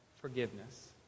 forgiveness